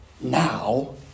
now